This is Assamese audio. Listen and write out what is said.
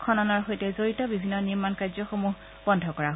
খননৰ সৈতে জড়িত বিভিন্ন নিৰ্মাণ কাৰ্যসমূহ বন্ধ কৰা হৈছে